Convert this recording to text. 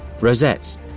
Rosettes